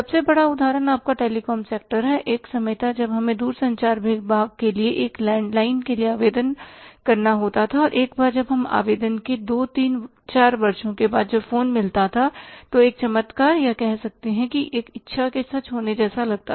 सबसे बड़ा उदाहरण आपका टेलीकॉम सेक्टर है एक समय था जब हमें दूरसंचार विभाग के लिए एक लैंडलाइन के लिए आवेदन करना होता था और एक बार जब हम आवेदन के 2 3 4 वर्षों के बाद जब फोन मिलता था तो एक चमत्कार या कह सकते हैं इच्छा सच होना लगता था